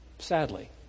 Sadly